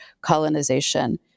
colonization